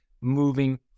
moving